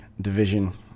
division